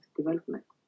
development